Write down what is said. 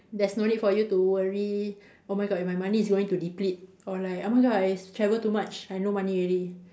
there's no need for you to worry oh my god is my money going to deplete or like oh my god is travel too much I've no money already